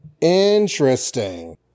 Interesting